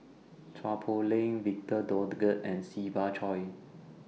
Chua Poh Leng Victor Doggett and Siva Choy